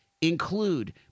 include